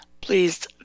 Please